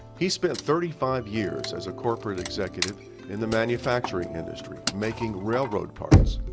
he spent thirty five years as a corporate executive in the manufacturing industry making railroad parts.